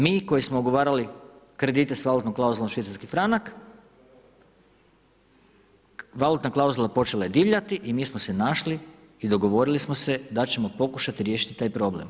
Mi koji smo ugovarali kredite sa valutnom klauzulom švicarski franak, valutna klauzula počela je divljati i mi smo se našli i dogovorili smo se da ćemo pokušati riješiti taj problem.